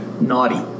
naughty